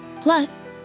Plus